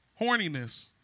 horniness